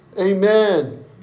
Amen